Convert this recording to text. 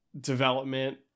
development